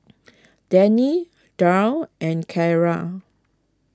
Denny Darwyn and Kaila